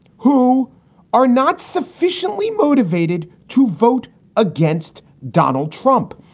who are not sufficiently motivated to vote against donald trump,